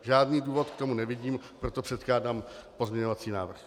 Žádný důvod k tomu nevidím, proto předkládám pozměňovací návrh.